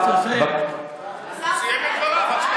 הוא סיים את דבריו.